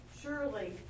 surely